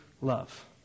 love